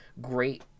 great